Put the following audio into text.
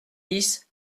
dix